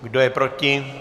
Kdo je proti?